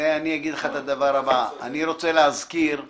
אני אגיד לך את הדבר הבא: אני רוצה להזכיר תכנון,